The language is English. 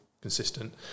consistent